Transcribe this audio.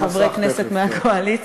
שניהלו כאן חברי כנסת מהקואליציה.